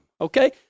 okay